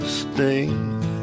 sting